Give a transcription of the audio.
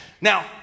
Now